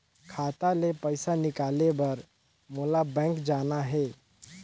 खाता ले पइसा निकाले बर मोला बैंक जाना हे?